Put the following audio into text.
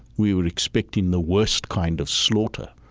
we were expecting the worst kind of slaughter.